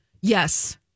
Yes